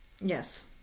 Yes